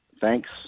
thanks